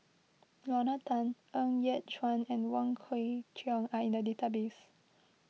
Lorna Tan Ng Yat Chuan and Wong Kwei Cheong are in the database